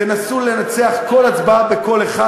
תנסו לנצח כל הצבעה בקול אחד,